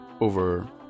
over